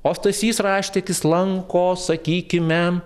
o stasys raštikis lanko sakykime